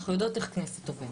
אנחנו יודעות איך הכנסת עובדת.